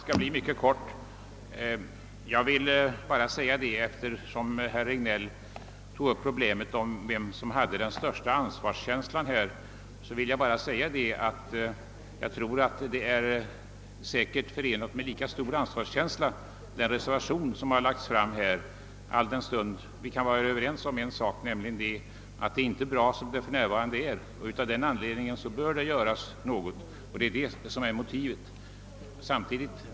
Herr talman! Herr Regnéll tog upp frågan om vem som har den största ansvarskänslan. Jag tror att den reservation som framlagts bygger på lika stor ansvarskänsla som utskottsmajoritetens skrivning. Vi kan nämligen vara överens om att det inte är bra som det för närvarande är. Därför bör det göras något, och det är detta som är motivet för reservationen.